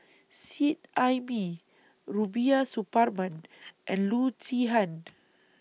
Seet Ai Mee Rubiah Suparman and Loo Zihan